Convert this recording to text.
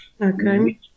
Okay